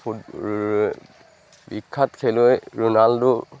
বিখ্যাত খেলুৱৈ ৰণাল্ডো